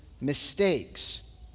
mistakes